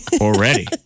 already